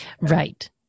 Right